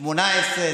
18,